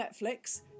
Netflix